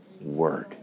word